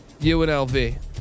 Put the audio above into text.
UNLV